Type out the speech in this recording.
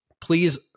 Please